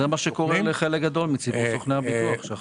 זה מה שקורה לחלק גדול מציבור סוכני הביטוח.